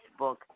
Facebook